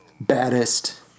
baddest